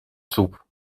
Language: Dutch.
soep